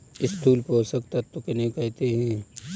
स्थूल पोषक तत्व किन्हें कहते हैं?